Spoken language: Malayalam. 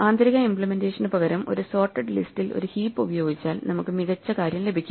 ആന്തരിക ഇമ്പ്ലിമെന്റേഷനു പകരം ഒരു സോർട്ടഡ് ലിസ്റ്റിൽ ഒരു ഹീപ്പ് ഉപയോഗിച്ചാൽ നമുക്ക് മികച്ച കാര്യം ലഭിക്കും